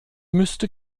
müsste